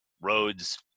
roads